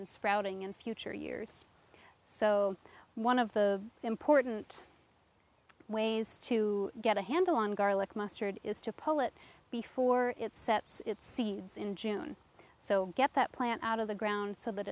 and sprouting in future years so one of the important ways to get a handle on garlic mustard is to pull it before it sets seeds in june so get that plant out of the ground so that